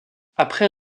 après